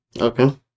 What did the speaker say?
Okay